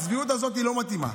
הצביעות הזאת לא מתאימה.